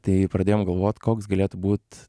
tai pradėjom galvot koks galėtų būt